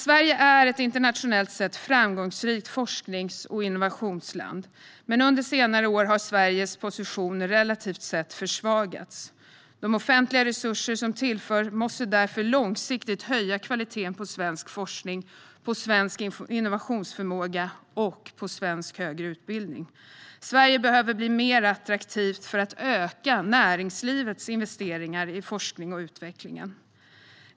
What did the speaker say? Sverige är ett internationellt sett framgångsrikt forsknings och innovationsland, men under senare år har Sveriges position relativt sett försvagats. De offentliga resurser som tillförs måste därför långsiktigt höja kvaliteten på svensk forskning, innovationsförmåga och högre utbildning. Sverige behöver bli mer attraktivt för att öka näringslivets investeringar i forskning och utveckling.